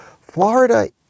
Florida